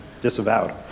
disavowed